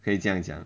可以这样讲